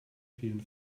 fielen